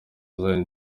zion